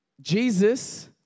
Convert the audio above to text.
Jesus